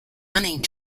running